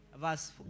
Verse